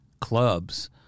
clubs